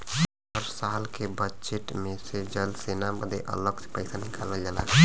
हर साल के बजेट मे से जल सेना बदे अलग से पइसा निकालल जाला